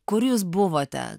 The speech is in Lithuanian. kur jūs buvote